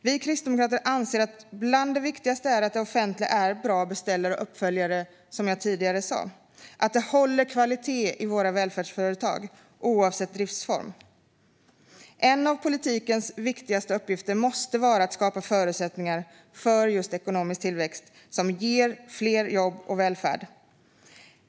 Vi kristdemokrater anser att bland det viktigaste är att det offentliga är bra beställare och bra uppföljare, som jag tidigare sa, och att våra välfärdsföretag håller kvalitet, oavsett driftsform. En av politikens viktigaste uppgifter måste vara att skapa förutsättningar för ekonomisk tillväxt, som ger fler jobb och välfärd.